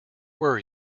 were